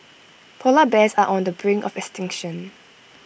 Polar Bears are on the brink of extinction